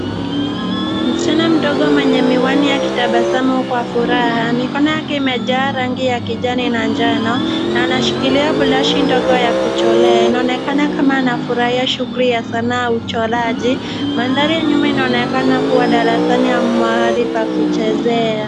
Msichana mdogo mwenye miwani akitabasamu kwa furaha. Mikono yake imejaa rangi ya kijani na njano, na anashikilia brashi ndogo ya kuchorea. Inaonekana kama anafurahia shughuli ya sanaa uchoraji. Mandhari ya nyuma inaonekana kua darasani au mahali pa kuchezea.